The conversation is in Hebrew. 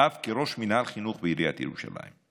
ואף כראש מנהל חינוך בעיריית ירושלים.